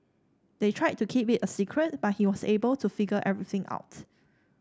they tried to keep it a secret but he was able to figure everything out